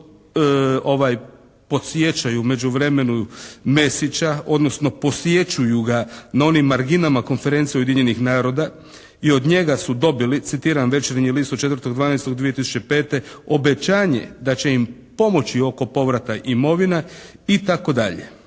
odnosno posjećuju ga na onim marginama Konferencije Ujedinjenih naroda i od njega su dobili citiram "Večernji list" od 4.12.2005. "…obećanje da će im pomoći oko povrata imovina itd."